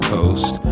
Coast